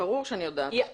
ברור שאני יודעת.